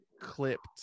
clipped